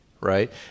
right